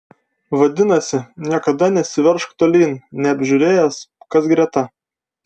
vadinasi niekada nesiveržk tolyn neapžiūrėjęs kas greta